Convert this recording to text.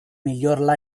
miglior